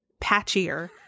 patchier